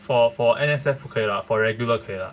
for for N_S_F 不可以 lah for regular 可以 lah